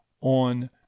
On